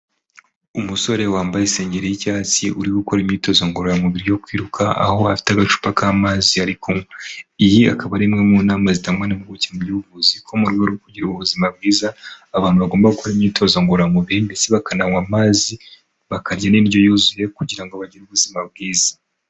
Umusore wambaye isengeri y'icyatsi uri gukora imyitozo ngororamubiri yo kwiruka aho afite agacupa k'amazi ari kunywa, iyi akaba ari imwe mu nama zitangwa n'impuguke mu by'ubuvuzi ko mu rwego rwo kugira ubuzima bwiza abantu bagomba gukora imyitozo ngororamubiri ndetse bakananywa amazi bakarya n'indyo yuzuye kugira ngo bagire ubuzima bwiza.